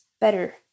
better